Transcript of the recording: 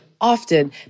often